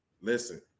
Listen